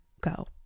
go